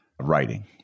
writing